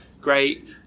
Great